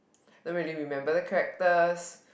don't really remember the characters